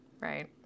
Right